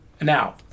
Now